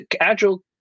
agile